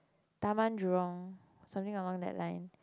Tamah Jurong or something along that line